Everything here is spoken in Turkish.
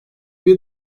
bir